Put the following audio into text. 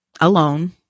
alone